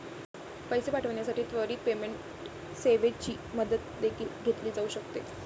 पैसे पाठविण्यासाठी त्वरित पेमेंट सेवेची मदत देखील घेतली जाऊ शकते